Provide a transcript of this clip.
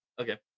Okay